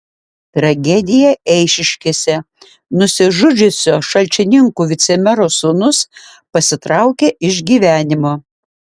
tragedija eišiškėse nusižudžiusio šalčininkų vicemero sūnus pasitraukė iš gyvenimo